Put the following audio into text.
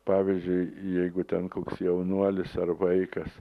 pavyzdžiui jeigu ten koks jaunuolis ar vaikas